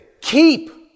keep